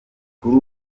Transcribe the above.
kuri